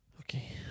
Okay